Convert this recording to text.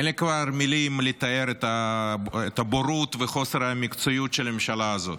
כבר אין לי מילים לתאר את הבורות וחוסר המקצועיות של הממשלה הזאת.